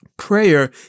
Prayer